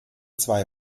zwei